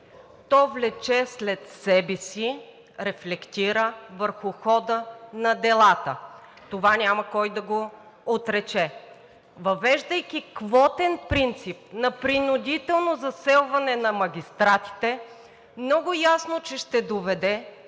то влече след себе си, рефлектира върху хода на делата. Това няма кой да го отрече. Въвеждайки квотен принцип на принудително заселване на магистратите, много ясно, че ще доведе